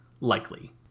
likely